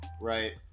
right